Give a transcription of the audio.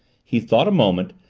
he thought a moment,